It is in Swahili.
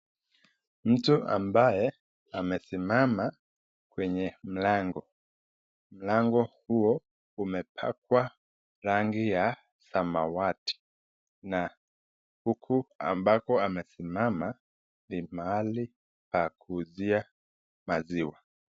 Mtu ambaye amesimama kwenye mlango, mlango huo imepakwa rangi ya samawati na huku ambako amesimama ni mahali pa kuuzia maziwa.